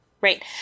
right